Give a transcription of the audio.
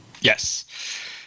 Yes